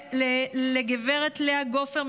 לגב' לאה גופר,